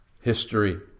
history